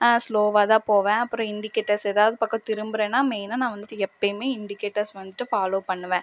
ஸ்லோவ்வாக தான் போவேன் அப்புறம் இண்டிக்கேட்டர்ஸ் ஏதாவது பக்கம் திரும்புகிறன்னா மெய்னாக நான் வந்துட்டு எப்பயுமே இண்டிக்கேட்டார்ஸ் வந்துட்டு ஃபாலோவ் பண்ணுவேன்